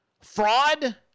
Fraud